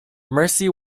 mercy